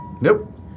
Nope